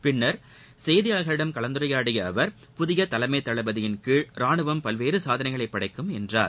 பின்னர் செய்தியாளர்களிடம் கலந்துரையாடிய அவர் புதிய தலைமை தளபதியின்கீழ் ராணுவம் பல்வேறு சாதனைகளை படைக்கும் என்றார்